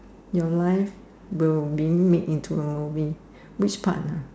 your life will being made into a movie which part ah